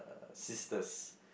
sisters